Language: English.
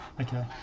Okay